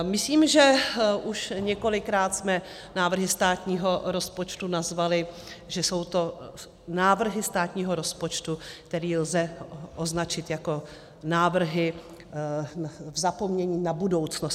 Myslím, že už několikrát jsme návrhy státního rozpočtu nazvali, že jsou to návrhy státního rozpočtu, který lze označit jako návrhy zapomnění na budoucnost.